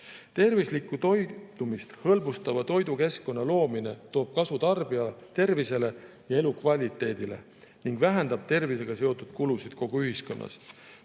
Tervislikku toitumist hõlbustava toidukeskkonna loomine toob kasu tarbija tervisele ja elukvaliteedile ning vähendab tervisega seotud kulusid kogu ühiskonnas.